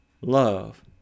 love